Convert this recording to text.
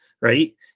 right